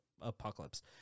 Apocalypse